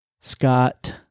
Scott